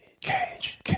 Cage